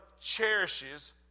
cherishes